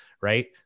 right